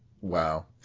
Wow